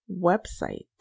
website